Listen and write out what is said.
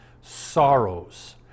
sorrows